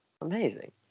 amazing